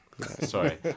Sorry